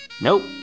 nope